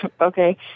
Okay